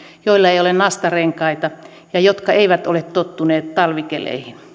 joilla ei ole nastarenkaita ja jotka eivät ole tottuneet talvikeleihin